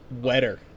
Wetter